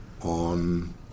on